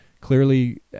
clearly